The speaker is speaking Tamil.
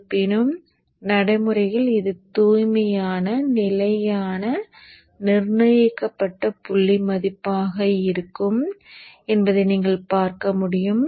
இருப்பினும் நடைமுறையில் இது தூய்மையான நிலையான நிர்ணயிக்கப்பட்ட புள்ளி மதிப்பாக இருக்கும் என்பதை நீங்கள் காணமுடியும்